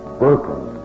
broken